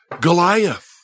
Goliath